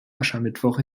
aschermittwoch